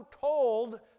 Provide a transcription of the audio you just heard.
told